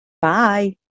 Bye